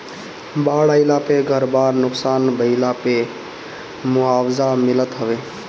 बाढ़ आईला पे घर बार नुकसान भइला पअ मुआवजा मिलत हवे